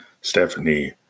Stephanie